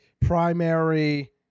primary